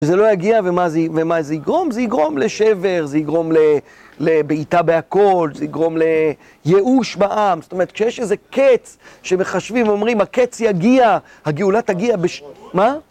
וזה לא יגיע, ומה זה יגרום? זה יגרום לשבר, זה יגרום לבעיטה בהכול, זה יגרום לייאוש בעם. זאת אומרת, כשיש איזה קץ שמחשבים ואומרים, הקץ יגיע, הגאולה תגיע בש... מה?